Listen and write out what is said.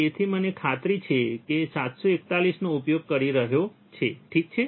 તેથી મને ખાતરી છે કે તે 741 નો ઉપયોગ કરી રહ્યો છે ઠીક છે